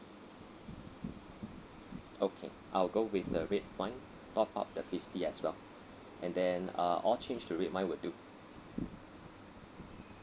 okay I'll go with the red wine top up the fifty as well and then uh all change to red wine will do